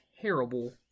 terrible